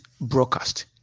broadcast